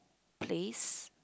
place